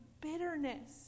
bitterness